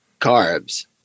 Carbs